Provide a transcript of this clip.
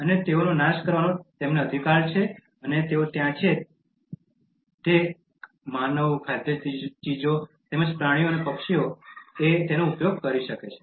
અને તેઓનો નાશ કરવાનો અધિકાર છે અને તેઓ ત્યાં જે છે તે માનવ ખાદ્ય ચીજો તેમજ પ્રાણીઓ અને પક્ષીઓ જેનો ત્યાં ઉપયોગ કરી શકે છે